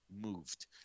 moved